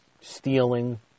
stealing